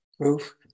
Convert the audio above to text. proof